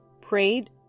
prayed